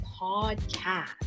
podcast